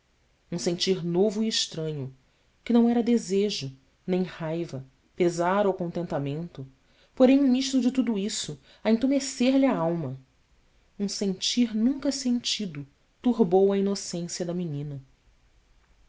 um sentir novo e estranho que não era desejo nem raiva pesar ou contentamento porém um misto de tudo isso a intumescer lhe a alma um sentir nunca sentido turbou a inocência da menina